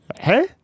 Hey